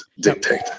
dictate